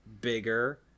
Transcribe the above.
bigger